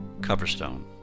Coverstone